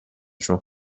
چون